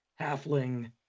halfling